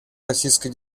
российской